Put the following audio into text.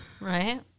Right